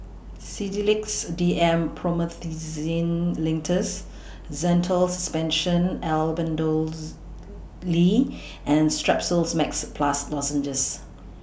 Sedilix D M Promethazine Linctus Zental Suspension Albendazole and Strepsils Max Plus Lozenges